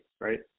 right